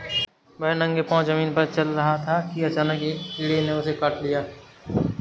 वह नंगे पांव जमीन पर चल रहा था कि अचानक एक कीड़े ने उसे काट लिया